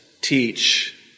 teach